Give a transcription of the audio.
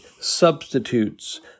substitutes